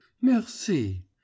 merci